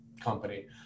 company